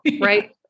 right